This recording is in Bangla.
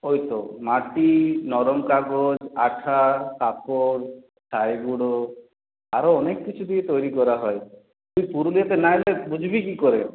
ওই তো মাটি নরম কাগজ আঠা কাপড় ছাই গুঁড়ো আরও অনেক কিছু দিয়ে তৈরি করা হয় তুই পুরুলিয়াতে না এলে বুঝবি কী করে